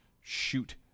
shoot